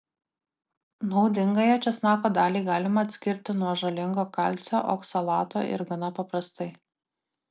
naudingąją česnako dalį galima atskirti nuo žalingo kalcio oksalato ir gana paprastai